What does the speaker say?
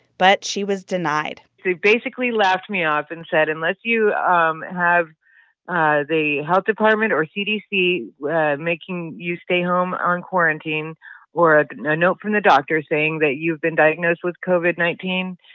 but she was denied they basically laughed me off and said, unless you um have ah the health department or cdc making you stay home on quarantine or a you know note from the doctor saying that you've been diagnosed with covid nineteen,